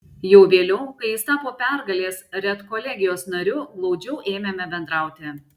jau vėliau kai jis tapo pergalės redkolegijos nariu glaudžiau ėmėme bendrauti